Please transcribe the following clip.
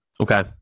Okay